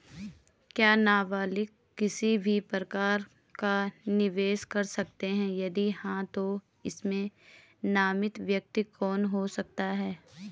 क्या नबालिग किसी भी प्रकार का निवेश कर सकते हैं यदि हाँ तो इसमें नामित व्यक्ति कौन हो सकता हैं?